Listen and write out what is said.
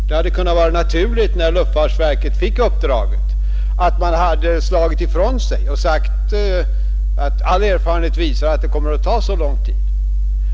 Det kunde ha varit naturligt, när luftfartsverket fick uppdraget, att man hade slagit ifrån sig och sagt att all erfarenhet visar att det kommer att ta så lång tid.